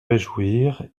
réjouir